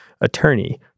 attorney